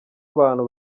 abantu